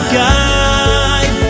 guide